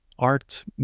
art